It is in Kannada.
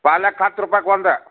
ಪಾಲಕ್ ಹತ್ತು ರೂಪಾಯ್ಗ್ ಒಂದು